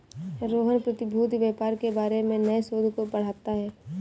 रोहन प्रतिभूति व्यापार के बारे में नए शोध को पढ़ता है